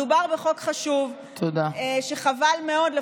מדובר בחוק חשוב, וחבל מאוד.